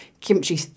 Kimchi